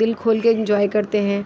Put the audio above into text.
دِل کھول کے انجوائے کرتے ہیں